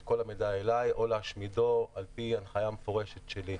כל המידע אלי או להשמידו על פי הנחייה מפורשת שליל.